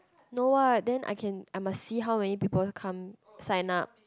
no what then I can I must see how many people come sign up